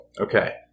Okay